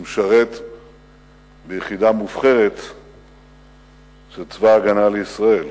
הוא משרת ביחידה מובחרת של צבא-הגנה לישראל.